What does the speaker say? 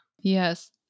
Yes